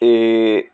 এই